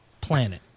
planet